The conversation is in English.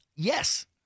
Yes